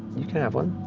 you can have one.